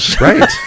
right